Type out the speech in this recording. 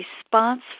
response